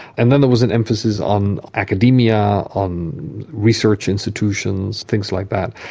and then there was an emphasis on academia, on research institutions, things like that.